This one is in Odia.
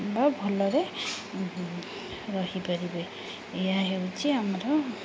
ବା ଭଲରେ ରହିପାରିବେ ଏହା ହେଉଛି ଆମର